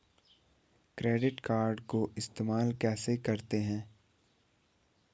Credit card को इस्तेमाल कैसे करते हैं?